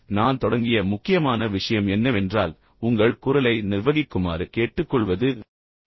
நான் தொடங்கிய முக்கியமான விஷயம் என்னவென்றால் உங்கள் குரலை நிர்வகிக்குமாறு கேட்டுக்கொள்வது நான் சொன்னேன்